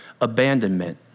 abandonment